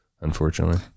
unfortunately